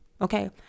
okay